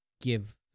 give